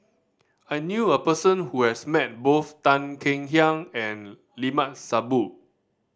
I knew a person who has met both Tan Kek Hiang and Limat Sabtu